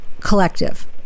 collective